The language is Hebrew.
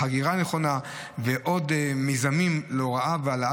חגירה נכונה ועוד מיזמים להורדה והעלאה